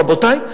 רבותי,